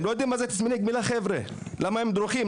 הם לא יודעים מה זה תסמיני גמילה; למה הם דרוכים,